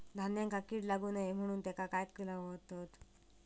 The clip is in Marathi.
धान्यांका कीड लागू नये म्हणून त्याका काय लावतत?